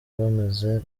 bameze